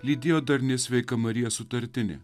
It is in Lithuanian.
lydėjo darni sveika marija sutartinė